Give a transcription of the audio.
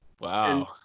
Wow